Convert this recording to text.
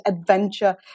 adventure